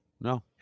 No